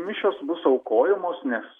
mišios bus aukojamos nes